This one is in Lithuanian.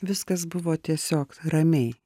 viskas buvo tiesiog ramiai